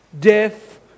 death